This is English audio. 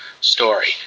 story